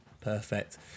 perfect